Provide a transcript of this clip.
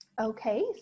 Okay